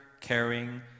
caring